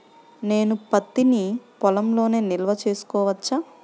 నేను పత్తి నీ పొలంలోనే నిల్వ చేసుకోవచ్చా?